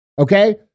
Okay